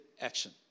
action